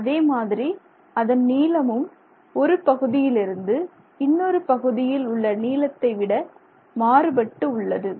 அதே மாதிரி அதன் நீளமும் ஒரு பகுதியிலிருந்து இன்னொரு பகுதியில் உள்ள நீளத்தை விட மாறுபட்டு உள்ளது